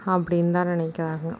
அப்படினு தான் நினைக்கிறாங்க